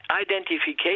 identification